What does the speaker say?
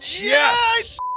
Yes